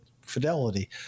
Fidelity